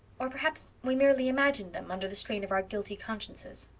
or perhaps we merely imagined them, under the strain of our guilty consciences.